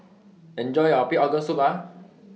Enjoy your Pig Organ Soup